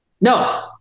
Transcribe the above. No